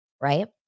right